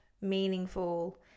meaningful